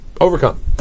overcome